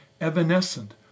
evanescent